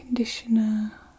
Conditioner